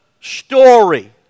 story